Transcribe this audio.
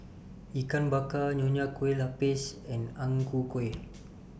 Ikan Bakar Nonya Kueh Lapis and Ang Ku Kueh